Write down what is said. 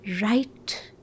Right